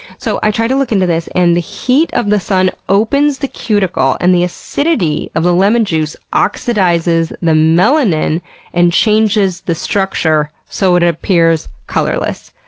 so, i tried to look into this and the heat of the sun opens the cuticle and the acidity of the lemon juice oxidizes the melanin and changes the structure so it appears colorless.